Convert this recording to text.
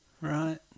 Right